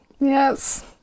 yes